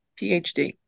PhD